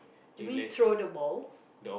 you mean throw the balls